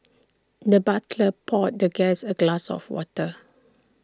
the butler poured the guest A glass of water